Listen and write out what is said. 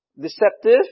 Deceptive